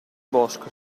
bosco